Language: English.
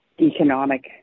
economic